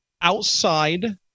Outside